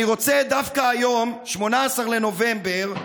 אני רוצה דווקא היום, 18 בנובמבר,